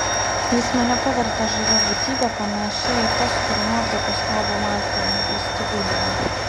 jis mane pavertė žavia būtybe panašia į tas kurių nuotraukos kabo malkolmo vestibiulyje